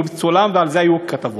הוא צולם, והיו על זה כתבות.